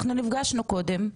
אנחנו נפגשנו קודם,